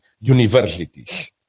universities